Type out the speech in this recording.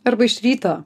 arba iš ryto